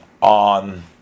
on